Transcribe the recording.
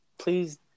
Please